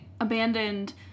abandoned